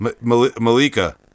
Malika